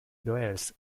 doers